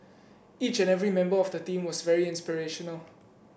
each and every member of the team was very inspirational